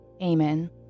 Amen